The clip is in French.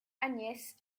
agnès